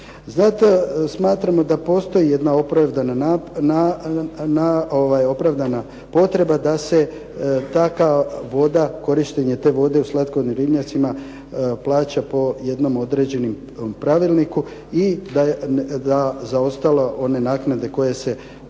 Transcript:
Zato smatramo da postoji jedna opravdana potreba da se takva voda, korištenje te vode u slatkovodnim ribnjacima plaća po jednom određenom pravilniku i da za ostalo one naknade koje se,